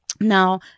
Now